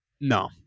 No